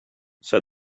said